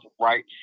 right